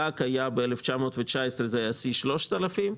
השיא ב-2019 היה 3,000,